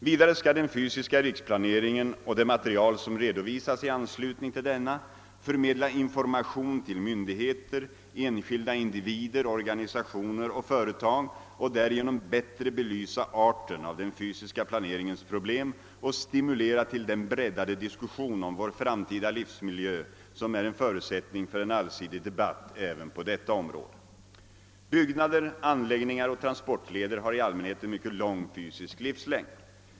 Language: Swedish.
Vidare skall den fysiska riksplaneringen och det material som redovisas i anslutning till denna förmedla information till myndigheter, enskilda individer, organisationer och företag och därigenom bättre belysa arten av den fysiska planeringens problem och stimulera till den breddade diskussion om vår framtida livsmiljö, som är en förutsättning för en allsidig debatt även på detta område. Byggnader, anläggningar och transportleder har i allmänhet en mycket lång fysisk livslängd.